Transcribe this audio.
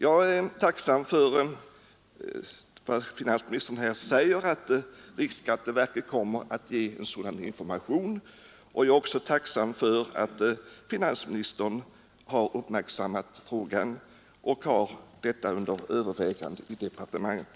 Jag är tacksam för finansministerns besked att riksskatteverket kommer att ge information, och jag är också tacksam för att finansministern uppmärksammat frågan och har saken under övervägande i departementet.